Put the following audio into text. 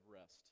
rest